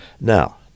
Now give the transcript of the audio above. Now